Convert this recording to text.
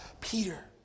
Peter